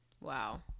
Wow